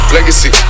Legacy